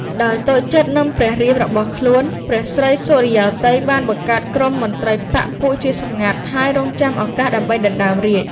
ដោយតូចចិត្តនិងព្រះរាមរបស់ខ្លួន ព្រះស្រីសុរិយោទ័យ បានបង្កើតក្រុមមន្ត្រីបក្សពួកជាសម្ងាត់ហើយរងចាំឱកាសដើម្បីដណ្ដើមរាជ្យ ។